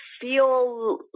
feel